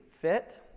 fit